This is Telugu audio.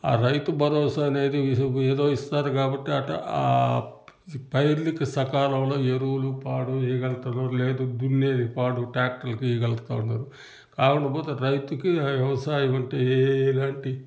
ఆ రైతు భరోసా అనేది ఏదో ఇస్తున్నారు కాబట్టి అట్టా ఆ పైర్లుకి సకాలంలో ఎరువులు పాడు వేయగలుగుతున్నారో లేదో దున్నేది పాడు ట్రాక్టర్లకి ఇవ్వగలుగుతూ ఉన్నారు కాకపోతే రైతుకి వ్యవసాయం అంటే ఎలాంటి